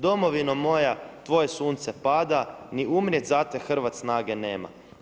Domovino moja tvoje sunce pada, ni umrijet za te Hrvat snage nema.